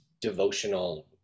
devotional